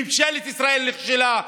ממשלת ישראל נכשלה.